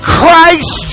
Christ